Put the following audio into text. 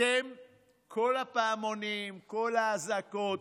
כל הפעמונים, כל האזעקות,